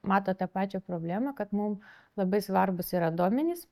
mato tą pačią problemą kad mum labai svarbūs yra duomenys